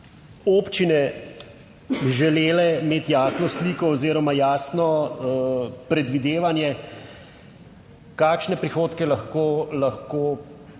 občine želele imeti jasno sliko oziroma jasno predvidevanje, kakšne prihodke lahko